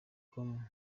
com